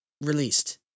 released